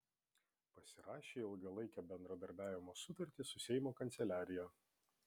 pasirašė ilgalaikę bendradarbiavimo sutartį su seimo kanceliarija